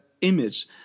image